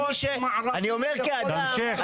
לא, אני אומר כאדם, זה